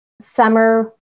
summer